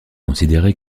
considéré